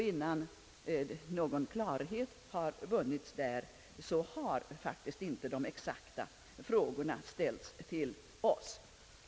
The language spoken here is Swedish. Innan någon klarhet har vunnits där, kan faktiskt inga exakta frågor ställas till oss.